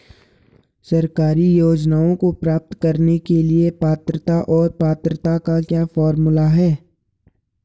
सरकारी योजनाओं को प्राप्त करने के लिए पात्रता और पात्रता का क्या फार्मूला है?